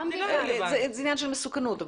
זה עניין של מסוכנות.